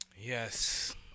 Yes